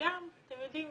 וגם אתם יודעים,